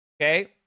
Okay